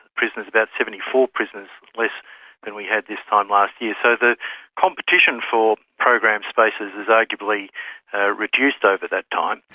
prisoners, about seventy four prisoners less than we had this time last year. so the competition for programs spaces has arguably reduced over that time.